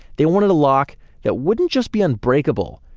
they wanted a lock that wouldn't just be unbreakable,